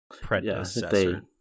predecessor